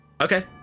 Okay